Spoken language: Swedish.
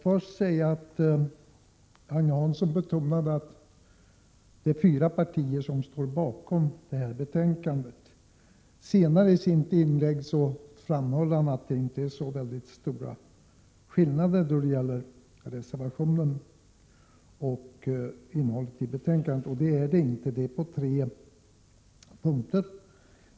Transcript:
Fru talman! Agne Hansson betonade att det är fyra partier som står bakom detta betänkande. Han framhöll senare i sitt inlägg att det inte är fråga om särskilt stora skillnader mellan skrivningen i reservationen och innehållet i betänkandet, och det är det inte. Vi skiljer oss åt på tre punkter.